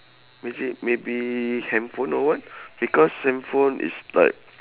is it maybe handphone or what because handphone is like